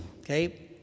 okay